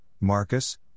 Marcus